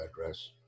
address